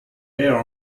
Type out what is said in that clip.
air